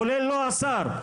כולל השר,